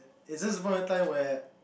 it's just a point of time where